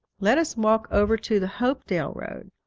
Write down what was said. let us walk over to the hopedale road.